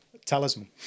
talisman